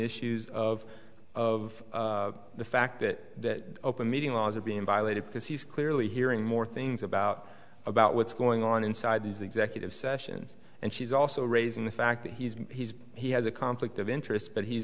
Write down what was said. issues of of the fact that open meeting laws are being violated to seize clearly hearing more things about about what's going on inside these executive sessions and she's also raising the fact that he's he's he has a conflict of interest but he's